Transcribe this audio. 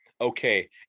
okay